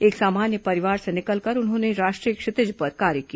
एक सामान्य परिवार से निकलकर उन्होंने राष्ट्रीय क्षितिज पर कार्य किया